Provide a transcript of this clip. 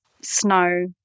snow